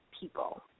people